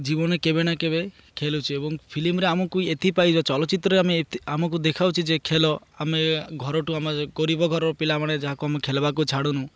ଜୀବନ କେବେ ନା କେବେ ଖେଳୁଛି ଏବଂ ଫିଲ୍ମରେ ଆମକୁ ଏଥିପାଇଁ ଯେଉଁ ଚଳଚ୍ଚିତ୍ରରେ ଆମେ ଏ ଆମକୁ ଦେଖାଉଛି ଯେ ଖେଳ ଆମେ ଘରଠୁ ଆମର ଗରିବ ଘର ପିଲାମାନେ ଯାହାକୁ ଆମେ ଖେଳିବାକୁ ଛାଡ଼ୁନୁ